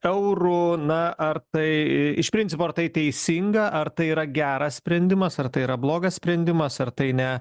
eurų na ar tai iš principo ar tai teisinga ar tai yra geras sprendimas ar tai yra blogas sprendimas ar tai ne